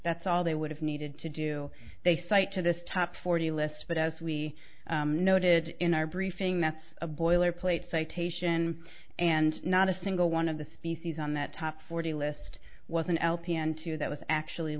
that's all they would have needed to do they cite to this top forty list but as we noted in our briefing that's a boilerplate citation and not a single one of the species on that top forty list was an lpn two that was actually